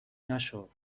نشو